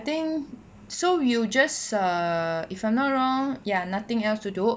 I think so you just err if I'm not wrong ya nothing else to do